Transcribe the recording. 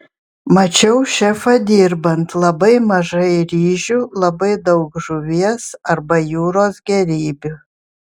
mačiau šefą dirbant labai mažai ryžių labai daug žuvies arba jūros gėrybių